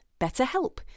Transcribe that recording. BetterHelp